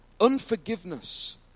unforgiveness